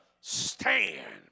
stand